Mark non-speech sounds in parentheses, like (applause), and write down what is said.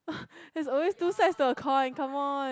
(breath) there's always two sides to a coin come on